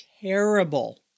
terrible